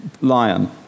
lion